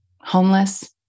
homeless